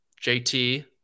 JT